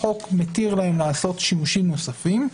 החוק מתיר להם לעשות שימושים נוספים,